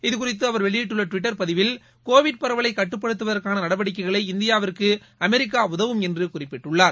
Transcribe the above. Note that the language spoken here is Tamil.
இது குறித்து அவர் வெளியிட்டுள்ள டுவிட்டர் பதிவில் கோவிட் பரவலை கட்டுப்படுத்துவதற்கான நடவடிக்கைகளை இந்தியாவிற்கு அமெரிக்கா உதவும் என்று குறிப்பிட்டுள்ளார்